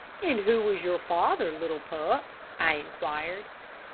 and who is your father, little pup? i inquired.